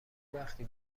وقتی